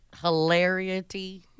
hilarity